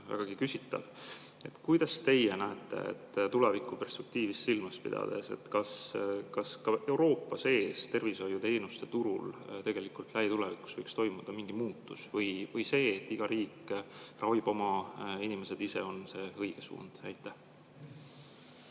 Kuidas teie näete tulevikuperspektiivi silmas pidades, kas ka Euroopa sees tervishoiuteenuste turul võib lähitulevikus toimuda mingi muutus? Kas see, et iga riik ravib oma inimesed ise, on õige suund?